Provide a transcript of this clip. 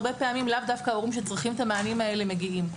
הרבה פעמים לאו דווקא הורים שצריכים את המענים האלה מגיעים.